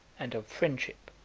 and of friendship.